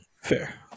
fair